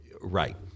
right